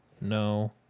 No